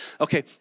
Okay